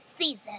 season